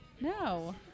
No